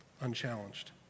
unchallenged